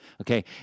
Okay